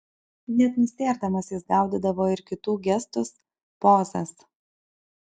net nustėrdamas jis gaudydavo ir kitų gestus pozas